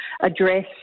address